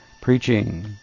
preaching